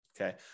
okay